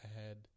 ahead